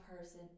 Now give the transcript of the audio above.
person